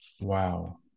Wow